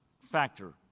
factor